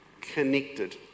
connected